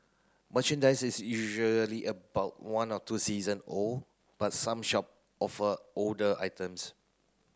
merchandise is usually about one to two season old but some shop offer older items